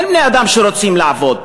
אין בני-אדם שרוצים לעבוד,